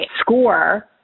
score